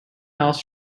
else